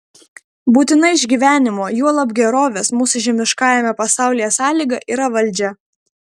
būtina išgyvenimo juolab gerovės mūsų žemiškajame pasaulyje sąlyga yra valdžia